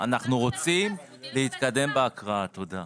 אנחנו רוצים להתקדם בהקראה, תודה,